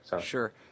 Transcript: Sure